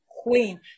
Queen